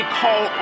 call